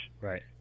Right